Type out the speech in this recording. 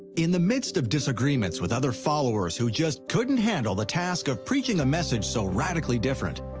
in the midst of disagreements with other followers who just couldn't handle the task of preaching a message so radically different,